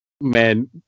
man